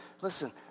listen